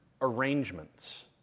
arrangements